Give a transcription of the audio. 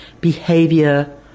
behavior